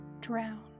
drown